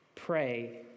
pray